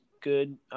good